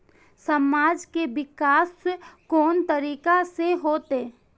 समाज के विकास कोन तरीका से होते?